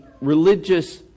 religious